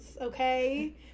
okay